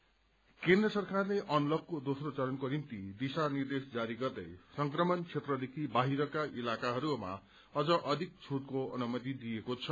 second lockdown केन्द्र सरकारले अनलकको दोम्रो चरणको निम्ति दिशा निर्देश जारी गर्दै संक्रमण क्षेत्रदेखि वाहिरका इलाकाहरूमा अझ अधिक फूटको अनुमति दिएको छ